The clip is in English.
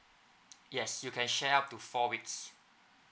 yes you can share up to four weeks